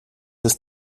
ist